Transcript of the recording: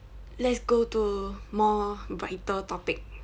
let's go to more brighter topic